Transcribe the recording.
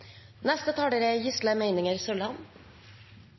Neste talar er